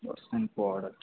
দশদিন পর আচ্ছা